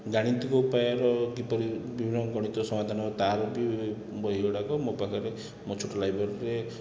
ଗାଣିତିକ ଉପାୟର କିପରି ବିଭିନ୍ନ ଗଣିତ ସମାଧାନ ତାର ବି ବହିଗୁଡ଼ାକ ମୋ ପାଖରେ ମୋ ଛୋଟ ଲାଇବ୍ରେରୀରେ